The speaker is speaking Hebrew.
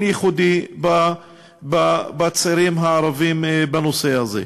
ייחודי בצעירים הערבים בנושא הזה.